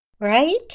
Right